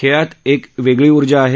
खेळात एक वेगळी ऊर्जा आहे